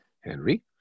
Henry